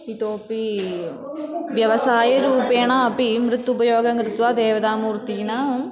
इतोपि व्यवसायरूपेणापि मृत् उपयोगं कृत्वा देवतामूर्तीनाम्